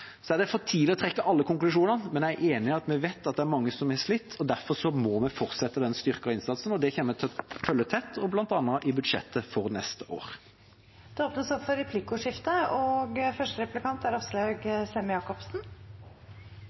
Det er for tidlig å trekke alle konklusjoner, men jeg er enig i at vi vet at det er mange som har slitt, og derfor må vi fortsette den styrkede innsatsen. Det kommer jeg til å følge tett, bl.a. i budsjettet for neste år. Det blir replikkordskifte. Det er, som mange har vært inne på nå, veldig mange ting og